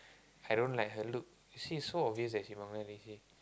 I don't like her look you see is so obvious that she Bangladeshi